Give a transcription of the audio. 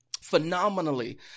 phenomenally